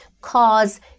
cause